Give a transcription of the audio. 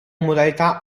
modalità